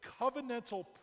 covenantal